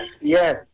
yes